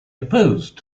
opposed